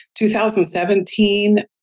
2017